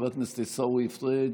חבר הכנסת עיסאווי פריג'